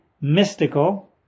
Mystical